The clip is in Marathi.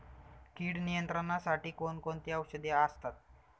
कीड नियंत्रणासाठी कोण कोणती औषधे असतात?